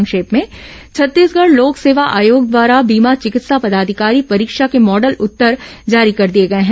संक्षिप्त समाचार छत्तीसगढ़ लोक सेवा आयोग द्वारा बीमा चिकित्सा पदाधिकारी परीक्षा के मॉडल उत्तर जारी कर दिए गए हैं